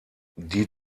die